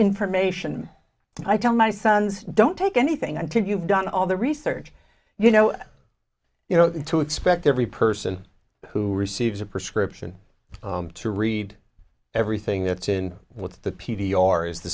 information i tell my sons don't take anything until you've done all the research you know you know them to expect every person who receives a prescription to read everything that's in what the p t are is the